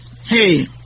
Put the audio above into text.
hey